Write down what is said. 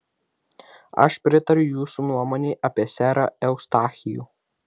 aš pritariu jūsų nuomonei apie serą eustachijų